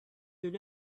their